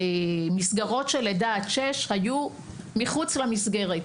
המסגרות של לידה עד שש היו מחוץ למסגרת.